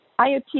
IoT